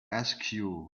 askew